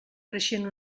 creixent